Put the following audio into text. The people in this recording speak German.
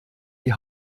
die